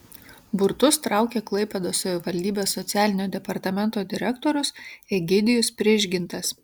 burtus traukė klaipėdos savivaldybės socialinio departamento direktorius egidijus prižgintas